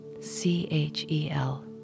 C-H-E-L